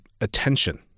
attention